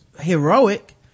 heroic